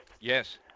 yes